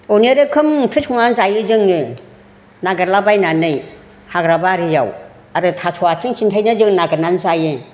अनेख रोखोम ओंख्रि संनानै जायो जोङो नागिरला बायनानै हागरा बारियाव आरो थास' आथिं सिनथायनो जों नागेरनानै जायो